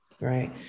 right